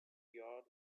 yard